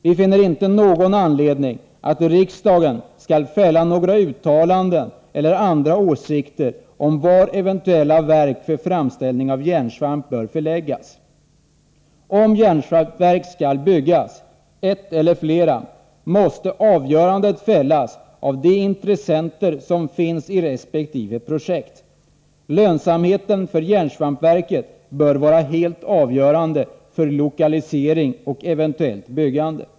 Vi finner inte någon anledning att riksdagen skall fälla några uttalanden eller ha åsikter om var eventuella verk för framställning av järnsvamp bör förläggas. Om järnsvampverk skall byggas-— ett eller flera — måste avgörandet fällas av de intressenter som finns i resp. projekt. Lönsamheten för järnsvampverket bör vara helt avgörande för lokalisering och eventuellt byggande.